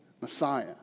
Messiah